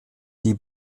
die